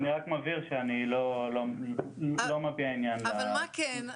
אני רק מבהיר שאני לא מביע עניין ב --- אבל מה כן?